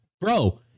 Bro